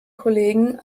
kollegen